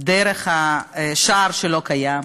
דרך השער שלא קיים.